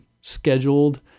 scheduled